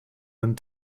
and